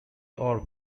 are